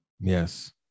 yes